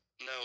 No